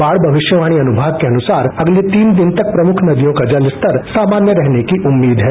बाढ़ भविष्यवाणी विभाग के अनुसार अगले तीन दिन तक तीन प्रमुख नदियों का जलस्तर सामान्य रहने की उम्मीद है